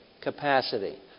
capacity